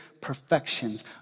perfections